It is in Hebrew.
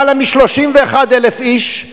למעלה מ-31,000 איש.